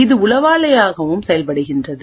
இது உளவாளியாகவும் செய்யப்படுகிறது